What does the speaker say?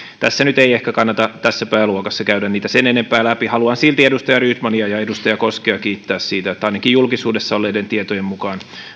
nyt ei ehkä kannata tässä pääluokassa käydä niitä sen enempää läpi haluan silti edustaja rydmania ja edustaja koskea kiittää siitä että ainakin julkisuudessa olleiden tietojen mukaan